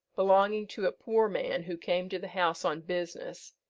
belonging to a poor man who came to the house on business,